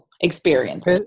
Experience